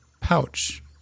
pouch